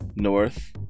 north